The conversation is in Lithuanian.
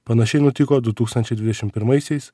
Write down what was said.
panašiai nutiko du tūkstančiai dvidešim pirmaisiais